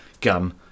gun